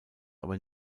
aber